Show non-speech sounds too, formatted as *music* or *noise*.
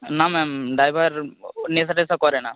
না ma'am driver *unintelligible* নেশা টেশা করে না